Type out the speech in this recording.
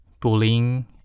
Bullying